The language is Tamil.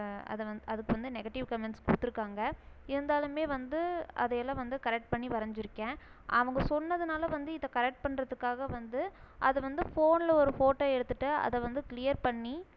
அதை வந்து அதுக்கு வந்து நெகட்டிவ் கமெண்ட்ஸ் கொடுத்துருக்காங்க இருந்தாலும் வந்து அதையெல்லாம் வந்து கரெட் பண்ணி வரைஞ்சிருக்கேன் அவங்க சொன்னதினால வந்து இத கரக்ட் பண்ணுறதுக்காக வந்து அது வந்து ஃபோனில் ஒரு ஃபோட்டோ எடுத்துகிட்டு அதை வந்து க்ளியர் பண்ணி